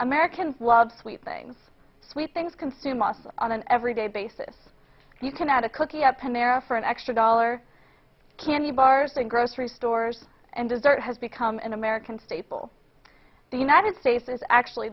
americans love sweet things sweet things consume us on an everyday basis you can add a cookie up america for an extra dollar candy bars and grocery stores and dessert has become an american staple the united states is actually